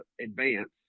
advance